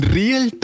real